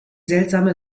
seltsame